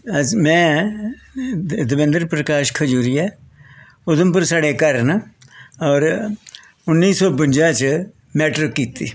में देवेंद्र प्रकाश खजूरिया उधमपुर साढ़े घर न होर उन्नी सौ बुंजा च मैट्रिक कीती